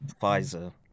Pfizer